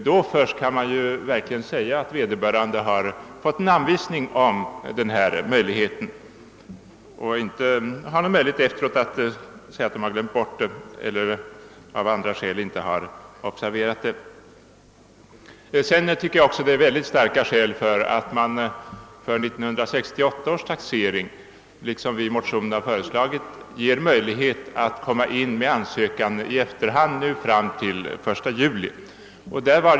Då först kan man säga att vederbörande verkligen har fått en anvisning om denna möjlighet, och han kan inte efteråt säga att han glömt bort den eller inte har observerat den. Starka skäl talar enligt min mening också för att man, som vi föreslagit i motionerna, för 1968 års taxering ger de skattskyldiga möjlighet att i efterhand lämna in ansökan om särbeskattning fram till den 1 juli i år.